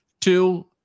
two